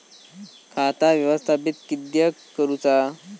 खाता व्यवस्थापित किद्यक करुचा?